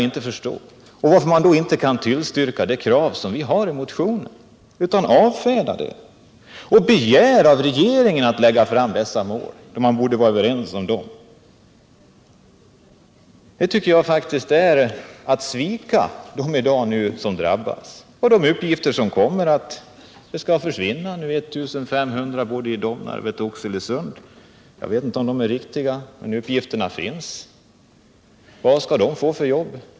Varför kan man då inte tillstyrka de krav som vi har i motionen utan avfärdar dem och begär att regeringen lägger fram dessa mål, då man egentligen borde vara överens om dem? Jag tycker att detta faktiskt är att svika dem som i dag drabbas. Jag vet inte om uppgifterna är riktiga om att i Domnarvet och Oxelösund 1 500 jobb kommer att försvinna. Vad skall dessa få för jobb?